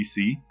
PC